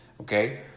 Okay